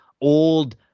old